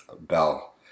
Bell